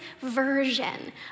version